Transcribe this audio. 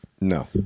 No